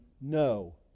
no